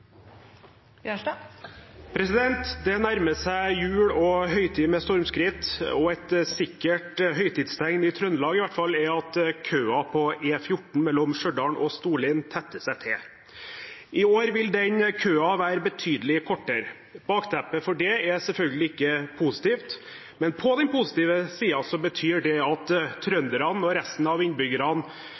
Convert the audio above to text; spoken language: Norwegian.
Det nærmer seg jul og høytid med stormskritt, og et sikkert høytidstegn i Trøndelag i hvert fall er at køen på E14 mellom Stjørdal og Storlien tetter seg til. I år vil den køen være betydelig kortere. Bakteppet for det er selvfølgelig ikke positivt, men på den positive siden betyr det at trønderne og resten av innbyggerne